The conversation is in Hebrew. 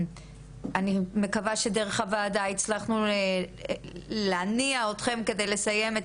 אני מקווה שדרך הדיון הזה אנחנו הצלחנו להניע אתכם על מנת לסיים את